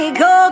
go